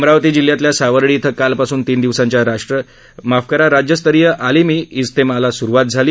अमरावती जिल्ह्यातल्या सावर्डी इथं कालपासून तीन दिवसांच्या राज्यस्तरीय आलिमी इज्तेमाला स्रवात झाली